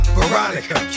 Veronica